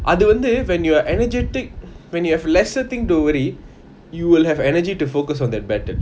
அது வந்து:athu vanthu when you're energetic when you have lesser thing to worry you will have energy to focus on that battle